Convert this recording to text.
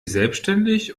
selbstständig